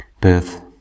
birth